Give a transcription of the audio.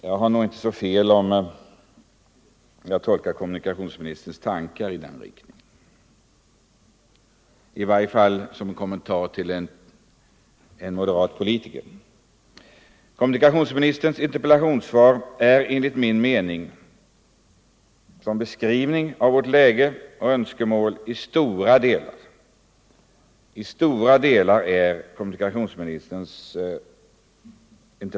Jag tar nog inte fel om jag tolkar kommunikationsministerns tankar i den riktningen; i varje fall så långt de utgör kommentarer till en moderat politiker. Kommunikationsministerns interpellationssvar är enligt min mening i stora delar korrekt som en beskrivning av vårt läge och våra önskemål.